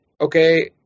okay